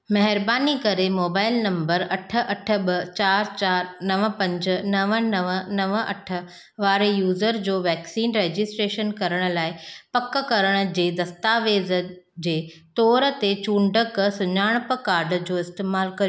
महिरबानी करे mobile number अठ अठ ॿ चारि चारि नव पंज नव नव नव अठ वारे यूज़र जो वैक्सीन रजिस्ट्रेशन करण लाइ पकु करण जे दस्तावेज़ जे तोर ते चूंडकु सुञाणप काड जो इस्तेमालु कयो